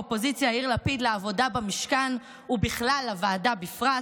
ראש האופוזיציה יאיר לפיד לעבודה במשכן בכלל ולוועדה בפרט.